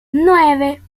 nueve